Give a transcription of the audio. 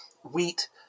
wheat